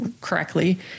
correctly